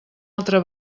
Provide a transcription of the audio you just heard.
altra